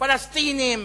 פלסטינים